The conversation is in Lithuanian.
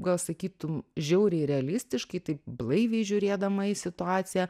gal sakytum žiauriai realistiškai taip blaiviai žiūrėdama į situaciją